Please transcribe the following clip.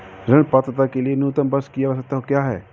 ऋण पात्रता के लिए न्यूनतम वर्ष की आवश्यकता क्या है?